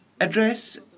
address